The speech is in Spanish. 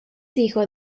hijo